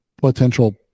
potential